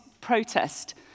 protest